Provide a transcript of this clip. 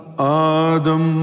Adam